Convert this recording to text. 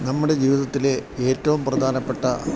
നമ്മുടെ ജീവിതത്തിലെ ഏറ്റവും പ്രധാനപ്പെട്ട